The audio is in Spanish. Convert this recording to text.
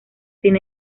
sin